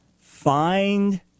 find